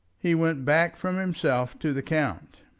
he went back from himself to the count.